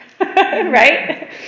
right